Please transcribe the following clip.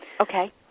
Okay